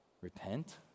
repent